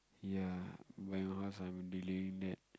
ya buying house I'm delaying that